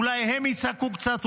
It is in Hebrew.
אולי הם יצעקו קצת,